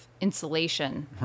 insulation